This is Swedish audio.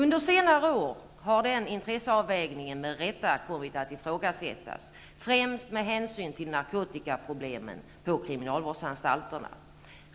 nder senare år har den intresseavvägningen med rätta kommit att ifrågasättas främst med hänsyn till narkotikaproblemen på kriminalvårdsanstalterna.